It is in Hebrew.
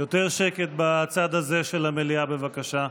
אני מבקש שקט בצד הזה של המליאה, בבקשה.